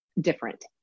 different